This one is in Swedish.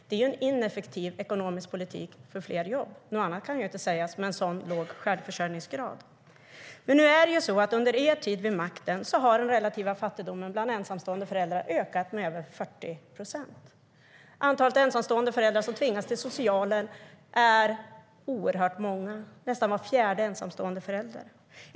Det är en ineffektiv ekonomisk politik för fler jobb - något annat kan inte sägas med en så låg självfinansieringsgrad. Under er tid vid makten har den relativa fattigdomen bland ensamstående föräldrar ökat med över 40 procent. Antalet ensamstående föräldrar som tvingas till socialen är oerhört högt. Det är nästan var fjärde ensamstående förälder.